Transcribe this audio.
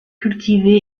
cultivé